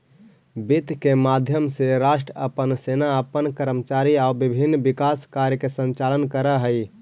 वित्त के माध्यम से राष्ट्र अपन सेना अपन कर्मचारी आउ विभिन्न विकास कार्य के संचालन करऽ हइ